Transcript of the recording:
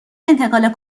انتقال